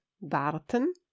warten